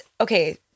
okay